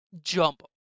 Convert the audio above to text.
Jump